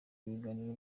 ibiganiro